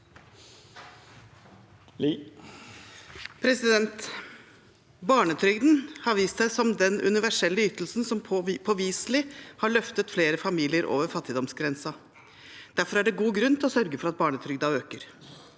Barnetrygden har vist seg som den universelle ytelsen som påviselig har løftet flere familier over fattigdomsgrensen. Derfor er det god grunn til å sørge for at barnetrygden øker.